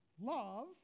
Love